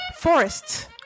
Forests